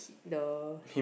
the